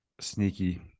sneaky